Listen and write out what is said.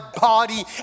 body